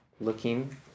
looking